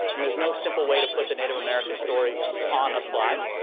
and there's no simple way to put the native american story on a slide.